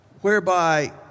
whereby